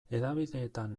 hedabideetan